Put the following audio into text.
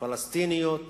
פלסטיניות